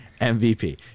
MVP